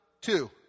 two